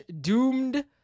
Doomed